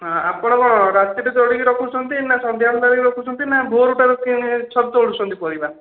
ଆପଣ ରାତିରେ ତୋଳିକି ରଖୁଛନ୍ତି ନା ସନ୍ଧ୍ୟା ବେଳେ ତୋଳିକି ରଖୁଛନ୍ତି ନା ଭୋରୁ ସବୁ ତୋଳୁଛନ୍ତି ପରିବା